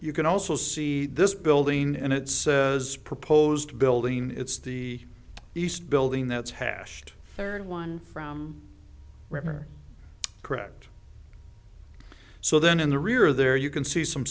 you can also see this building and it says proposed building it's the east building that's hashed third one from river correct so then in the rear there you can see some